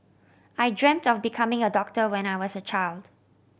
I dreamt of becoming a doctor when I was a child